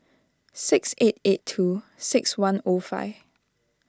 six eight eight two six one O five